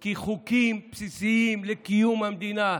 כי חוקים בסיסיים לקיום המדינה,